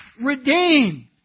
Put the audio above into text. redeemed